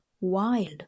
wild